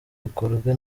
ikorwe